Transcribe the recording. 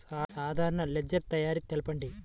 సాధారణ లెడ్జెర్ తయారి తెలుపండి?